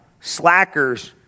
Slackers